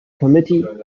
committee